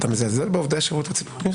אתה מזלזל בעובדי השירות הציבורי?